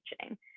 teaching